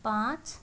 पाँच